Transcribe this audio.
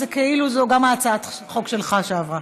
זה כאילו גם הצעת החוק שלך עברה.